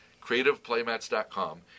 creativeplaymats.com